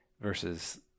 versus